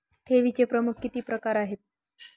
ठेवीचे प्रमुख किती प्रकार आहेत?